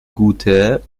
gute